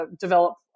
develop